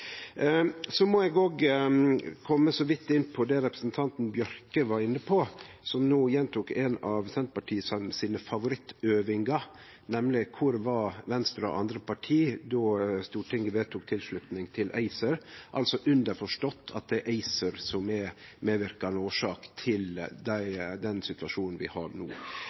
må òg kome så vidt inn på det representanten Bjørke var innom, som no gjentok ei av favorittøvingane til Senterpartiet, nemleg: Kvar var Venstre og andre parti då Stortinget vedtok tilslutning til ACER? – underforstått at det er ACER som er medverkande årsak til den situasjonen vi har no.